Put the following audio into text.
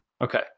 Okay